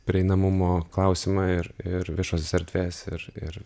prieinamumo klausimą ir ir viešosios erdvės ir ir